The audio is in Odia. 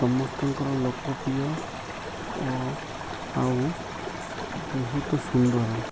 ସମସ୍ତଙ୍କର ଲୋକପ୍ରିୟ ଓ ଆଉ ବହୁତ ସୁନ୍ଦର